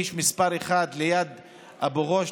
שאמרו קודמיי,